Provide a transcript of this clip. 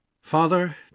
Father